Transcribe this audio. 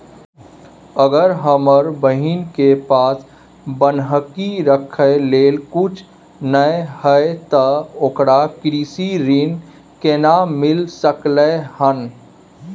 अगर हमर बहिन के पास बन्हकी रखय लेल कुछ नय हय त ओकरा कृषि ऋण केना मिल सकलय हन?